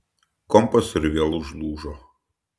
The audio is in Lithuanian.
kompas ir vėl užlūžo